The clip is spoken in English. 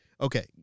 okay